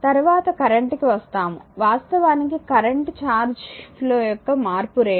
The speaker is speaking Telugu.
తర్వాత కరెంట్ కి వస్తాము వాస్తవానికి కరెంట్ ఛార్జ్ ఫ్లో యొక్క మార్పు రేటు